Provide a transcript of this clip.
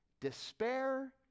despair